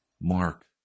Mark